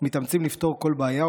מתאמצים לפתור כל בעיה,